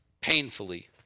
painfully